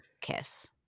kiss